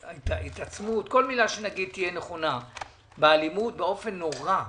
התעצמות כל מילה שנגיד תהיה נכונה באלימות באופן נורא,